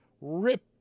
rip